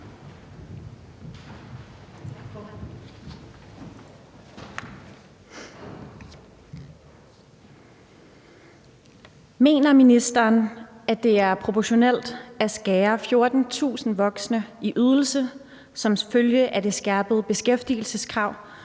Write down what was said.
Mener ministeren, at det er proportionelt at skære 14.000 voksne i ydelse som følge af det skærpede beskæftigelseskrav